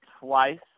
Twice